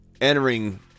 entering